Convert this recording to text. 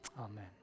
Amen